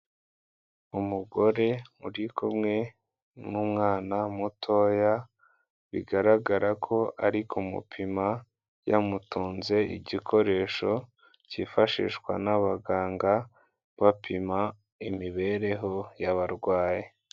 Umugore uri kumwe n'umwana mutoya bigaragara ko ari kumupima, yamutunze igikoresho cyifashishwa n'abaganga bapima imibereho y'abarwayi.